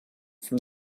from